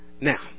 Now